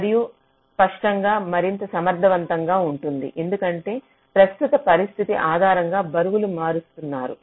మరియు స్పష్టంగా మరింత సమర్థవంతంగా ఉంటుంది ఎందుకంటే ప్రస్తుత పరిస్థితి ఆధారంగా బరువులు మారుస్తున్నారు